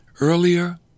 earlier